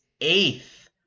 eighth